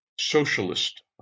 socialist